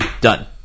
done